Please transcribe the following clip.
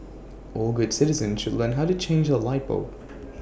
all good citizens should learn how to change A light bulb